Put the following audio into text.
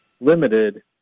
limited